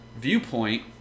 viewpoint